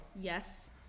Yes